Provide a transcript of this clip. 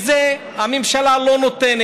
את זה הממשלה לא נותנת.